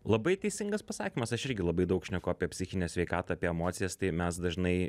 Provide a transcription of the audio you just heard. labai teisingas pasakymas aš irgi labai daug šneku apie psichinę sveikatą apie emocijas tai mes dažnai